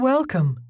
Welcome